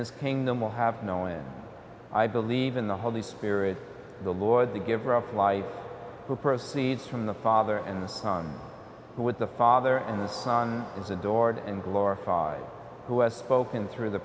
his kingdom will have no and i believe in the holy spirit the lord the giver of life who proceeds from the father and son with the father and the son is adored and glorified who has spoken through the